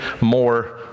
more